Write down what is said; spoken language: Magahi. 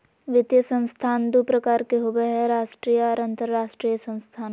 वित्तीय संस्थान दू प्रकार के होबय हय राष्ट्रीय आर अंतरराष्ट्रीय संस्थान